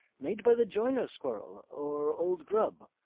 made by the joiner squirrel or old grub,